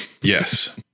Yes